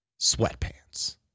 sweatpants